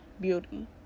beauty